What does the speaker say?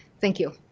thank you.